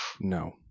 No